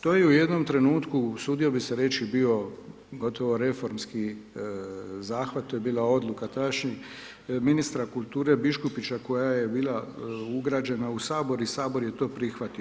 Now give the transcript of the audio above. To je u jednom trenutku usudio bih se reći bio gotovo reformski zahvat, to je bila odluka tadašnjeg ministra kulture Biškupića koja je bila ugrađena u Sabor i Sabor je to prihvatio.